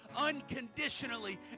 unconditionally